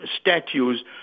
statues